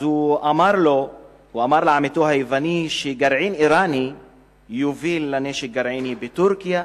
הוא אמר לעמיתו היווני שגרעין אירני יוביל לנשק גרעיני בטורקיה,